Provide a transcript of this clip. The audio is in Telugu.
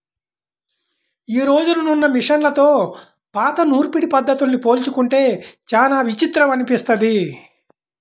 యీ రోజునున్న మిషన్లతో పాత నూర్పిడి పద్ధతుల్ని పోల్చుకుంటే చానా విచిత్రం అనిపిస్తది